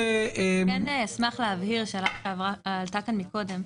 אשמח להבהיר שאלה שעלתה כאן קודם.